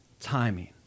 timing